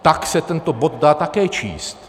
Tak se tento bod dá také číst.